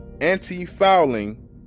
anti-fouling